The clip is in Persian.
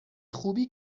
خوبی